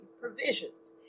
provisions